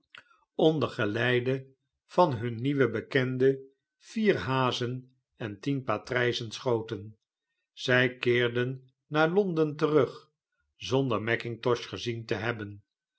onder geleide van nun nieuwen bekende vier hazen en tienpatrijzensohoten zij keerden naar l on den terug zonder mackintosh gezien te hebben